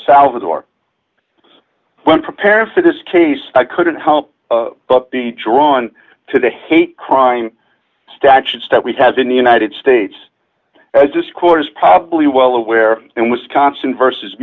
salvador when prepared for this case i couldn't help but be drawn to the hate crime statute start we has in the united states as discourse probably well aware and wisconsin versus